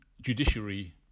Judiciary